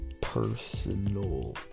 personal